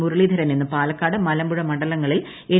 മുരളീധരൻ ഇന്ന് പാലക്കാട് മലമ്പുഴ മണ്ഡലങ്ങളിൽ എൻ